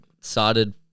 started